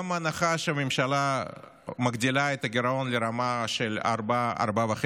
גם בהנחה שהממשלה מגדילה את הגירעון לרמה של 4.5%,